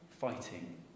fighting